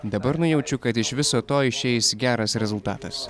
dabar nujaučiu kad iš viso to išeis geras rezultatas